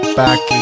back